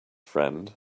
friend